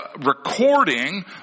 recording